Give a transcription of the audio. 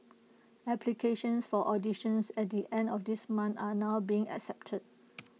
applications for auditions at the end of this month are now being accepted